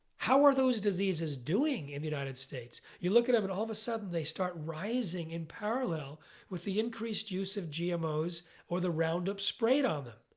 how are those diseases doing in the united states? you look at them and all of a sudden, they start rising in parallel with the increased use of gmos or the roundup sprayed on them.